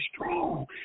strong